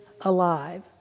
alive